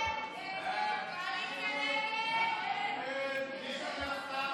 3. ההסתייגות (3) של קבוצת סיעת הליכוד,